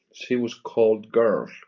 she was called girl.